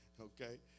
okay